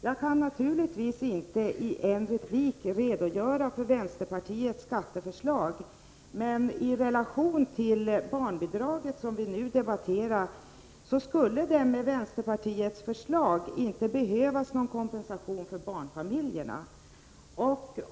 Jag kan naturligtvis inte i en replik redogöra för vänsterpartiets skatteförslag, men jag kan säga att det med vårt förslag till barnbidrag inte skulle behövas någon kompensation till barnfamiljerna.